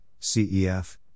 CEF